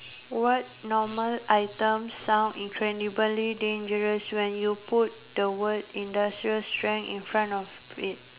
what normal item sound incredibly dangerous when you put the word industrial strength in front of it